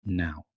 Now